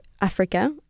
africa